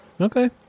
okay